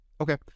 Okay